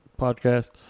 podcast